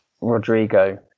Rodrigo